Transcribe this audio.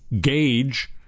gauge